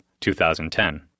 2010